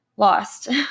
lost